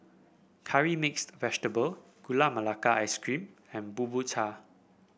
Curry Mixed Vegetable Gula Melaka Ice Cream and bubur cha